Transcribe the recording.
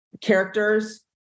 characters